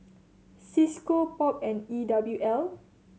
Cisco POP and E W L